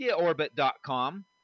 IdeaOrbit.com